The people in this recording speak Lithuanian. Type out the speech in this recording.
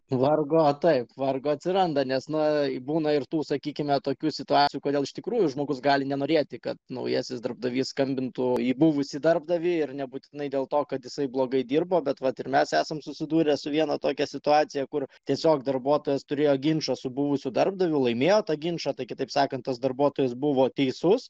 vargo taip vargo atsiranda nes na būna ir tų sakykime tokių situacijų kodėl iš tikrųjų žmogus gali nenorėti kad naujasis darbdavys skambintų į buvusį darbdavį ir nebūtinai dėl to kad jisai blogai dirbo bet vat ir mes esam susidūrę su viena tokia situacija kur tiesiog darbuotojas turėjo ginčą su buvusiu darbdaviu laimėjo tą ginčą tai kitaip sakant tas darbuotojas buvo teisus